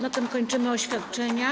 Na tym kończymy oświadczenia.